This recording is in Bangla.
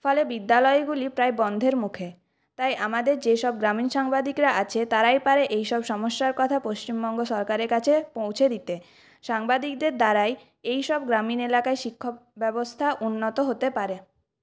ফলে বিদ্যালয়গুলি প্রায় বন্ধের মুখে তাই আমাদের যেসব গ্রামীণ সাংবাদিকরা আছে তারাই পারে এই সব সমস্যার কথা পশ্চিমবঙ্গ সরকারের কাছে পৌঁছে দিতে সাংবাদিকদের দ্বারাই এইসব গ্রামীণ এলাকায় শিক্ষা ব্যবস্থা উন্নত হতে পারে